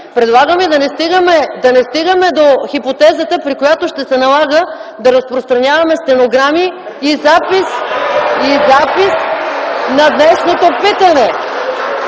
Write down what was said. Предлагам ви да не стигаме до хипотезата, при която ще се налага да разпространяваме стенограми и запис (силен